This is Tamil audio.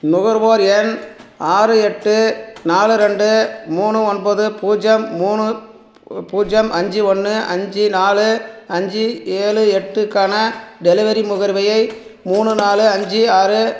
நுகர்வோர் எண் ஆறு எட்டு நாலு ரெண்டு மூணு ஒன்பது பூஜ்ஜியம் மூணு பூ பூஜ்ஜியம் அஞ்சு ஒன்று அஞ்சு நாலு அஞ்சு ஏழு எட்டு க்கான டெலிவரி முகர்வையை மூணு நாலு அஞ்சு ஆறு